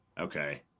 Okay